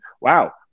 Wow